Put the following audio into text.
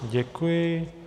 Děkuji.